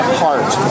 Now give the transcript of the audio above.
heart